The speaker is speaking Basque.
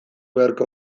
beharko